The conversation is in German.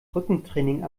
rückentraining